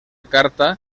carta